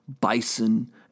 bison